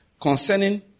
Concerning